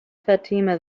fatima